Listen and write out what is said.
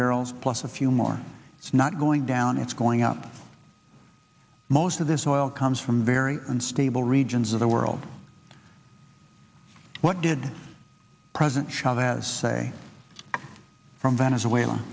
barrels plus a few more it's not going down it's going up most of this oil comes from very unstable regions of the world what did president chavez say from venezuela